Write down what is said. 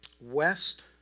west